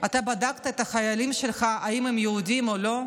אתה בדקת את החיילים שלך אם הם יהודים או לא?